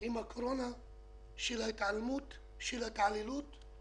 עם הקורונה של ההתעלמות, של ההתעללות,